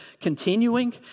continuing